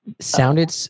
sounded